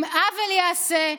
אם עוול יעשה,